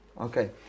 okay